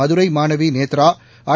மதுரை மாணவி நேத்ரா ஐ